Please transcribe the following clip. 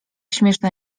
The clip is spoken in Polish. śmieszna